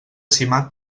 simat